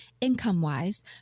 income-wise